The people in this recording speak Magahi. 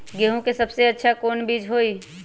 गेंहू के सबसे अच्छा कौन बीज होई?